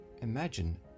imagine